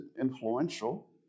influential